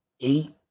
Eight